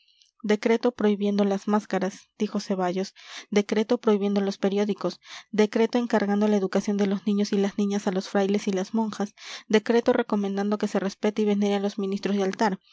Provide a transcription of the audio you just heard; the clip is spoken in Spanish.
decreto prohibiendo las máscaras dijo ceballos decreto prohibiendo los periódicos decreto encargando la educación de los niños y las niñas a los frailes y las monjas decreto recomendando que se respete y venere a los ministros del altar